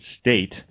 State